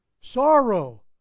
Sorrow